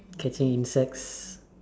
catching insects